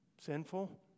sinful